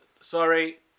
sorry